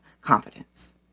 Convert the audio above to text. confidence